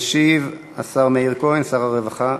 משיב השר מאיר כהן, שר הרווחה.